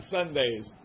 Sundays